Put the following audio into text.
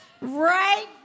Right